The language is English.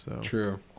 True